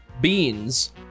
Beans